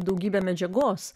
daugybę medžiagos